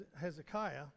Hezekiah